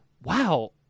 Wow